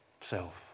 self